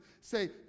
say